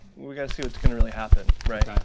we gotta see what's gonna really happen. right. okay.